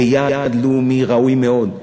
זה יעד לאומי ראוי מאוד.